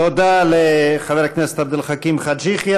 תודה לחבר הכנסת עבד אל חכים חאג' יחיא.